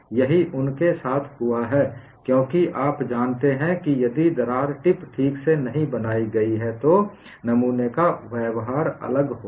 यही उनके साथ हुआ है क्योंकि आप जानते हैं कि यदि दरार टिप ठीक से नहीं बनाई गई है तो नमूने का व्यवहार अलग होगा